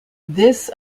this